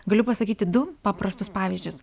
galiu pasakyti du paprastus pavyzdžius